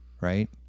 Right